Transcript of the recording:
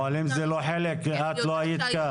אבל אם זה לא חלק, את לא היית כאן.